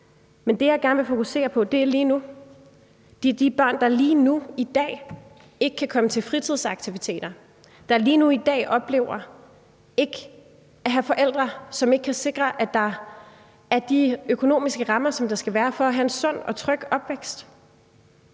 Men det, jeg gerne vil fokusere på, er situationen lige nu. Det er de børn, der lige nu, i dag, ikke kan komme til fritidsaktiviteter, der lige nu, i dag, oplever ikke at have forældre, som kan sikre de økonomiske rammer, der skal være for at have en sund og tryg opvækst.